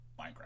Minecraft